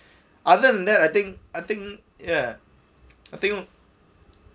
other than that I think I think ya I think